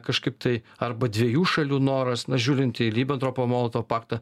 kažkaip tai arba dviejų šalių noras na žiūrint į ribentropo molotovo paktą